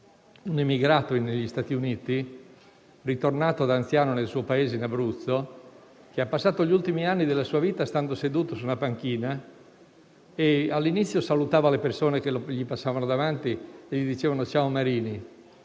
emigrato negli Stati Uniti, una volta ritornato da anziano nel suo paese in Abruzzo, passò gli ultimi anni della sua vita stando seduto su una panchina e all'inizio salutava le persone che gli passavano davanti e gli dicevano «Ciao Marini»;